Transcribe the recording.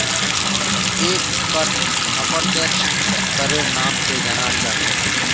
एक कर अप्रत्यक्ष करेर नाम स जानाल जा छेक